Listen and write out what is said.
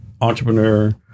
entrepreneur